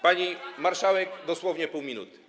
Pani marszałek, dosłownie pół minuty.